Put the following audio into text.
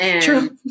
True